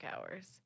hours